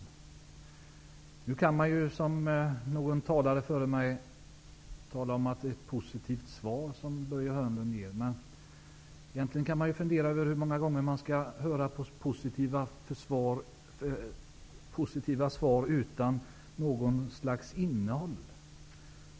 Man kan, som någon talare före mig gjorde, tala om att Börje Hörnlund ger ett positivt svar. Man kan fundera över hur många gånger man skall höra positiva svar utan något slags innehåll.